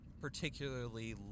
particularly